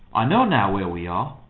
i know now where we are. oh!